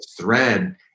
thread